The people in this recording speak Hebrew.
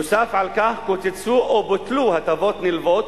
נוסף על כך קוצצו או בוטלו הטבות נלוות,